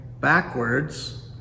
backwards